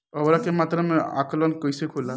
उर्वरक के मात्रा में आकलन कईसे होला?